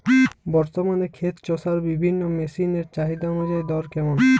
বর্তমানে ক্ষেত চষার বিভিন্ন মেশিন এর চাহিদা অনুযায়ী দর কেমন?